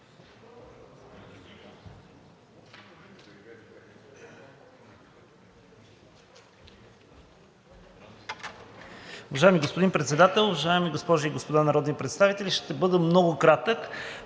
Уважаеми господин Председател, уважаеми госпожи и господа народни представители! Ще използвам правото